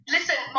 Listen